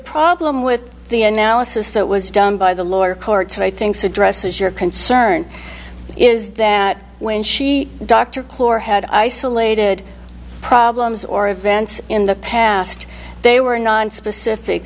problem with the analysis that was done by the lower courts i think so addresses your concern is that when she dr clore had isolated problems or events in the past they were nonspecific